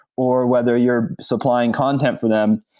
or whether you're supplying content for them,